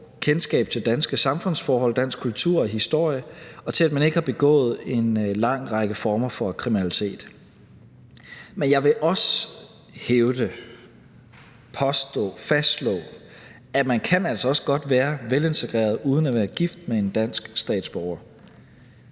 kendskab til danske samfundsforhold, dansk kultur og historie, og til, at man ikke har begået en lang række former for kriminalitet. Men jeg vil også hævde, påstå, fastslå, at man altså også godt kan være velintegreret uden at være gift med en dansk statsborger.